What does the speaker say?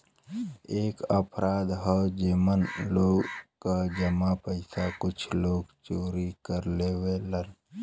एक अपराध हौ जेमन लोग क जमा पइसा कुछ लोग चोरी कर लेवलन